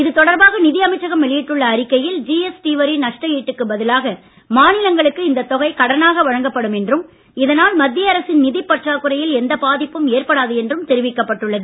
இது தொடர்பாக நிதி அமைச்சகம் வெளியிட்டுள்ள அறிக்கையில் ஜிஎஸ்டி வரி நஷ்ட ஈட்டுக்கு பதிலாக மாநிலங்களுக்கு இந்த தொகை கடனாக வழங்கப்படும் என்றும் இதனால் மத்திய அரசின் நிதிப் பற்காக்குறையில் எந்த பாதிப்பும் ஏற்படாது என்றும் தெரிவிக்கப் பட்டுள்ளது